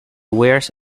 wears